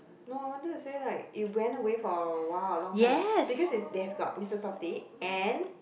no I wanted to say like it went away for a while a long time because they have got Mister softee and